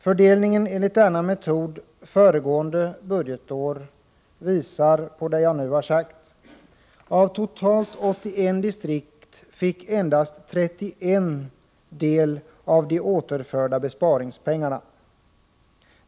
Fördelningen enligt denna metod föregående budgetår visar på detta. Av totalt 81 distrikt fick endast 31 distrikt del av de återförda besparingspengarna.